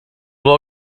blow